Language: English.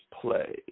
play